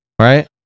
Right